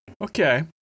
Okay